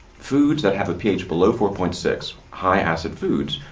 foods that have a ph below four point six, high-acid foods,